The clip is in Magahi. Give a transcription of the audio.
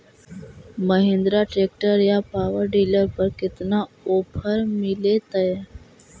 महिन्द्रा ट्रैक्टर या पाबर डीलर पर कितना ओफर मीलेतय?